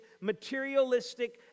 materialistic